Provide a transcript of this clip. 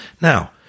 Now